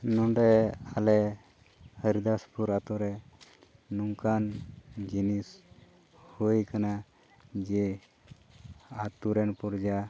ᱱᱚᱸᱰᱮ ᱟᱞᱮ ᱦᱚᱨᱤᱫᱟᱥᱯᱩᱨ ᱟᱹᱛᱩᱨᱮ ᱱᱚᱝᱠᱟᱱ ᱡᱤᱱᱤᱥ ᱦᱳᱭ ᱠᱟᱱᱟ ᱡᱮ ᱟᱹᱛᱩᱨᱮᱱ ᱯᱚᱨᱡᱟ